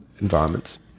environments